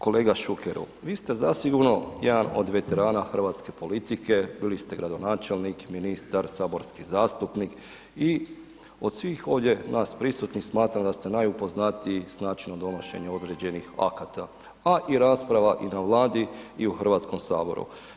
Kolega Šukeru, vi ste zasigurno jedan od veterana hrvatske politike, bili ste gradonačelnik, ministar, saborski zastupnik i od svih ovdje nas prisutnih smatram da ste najupoznatiji s načinom donošenja određenih akata, a i rasprava i na Vladi i u Hrvatskom saboru.